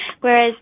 Whereas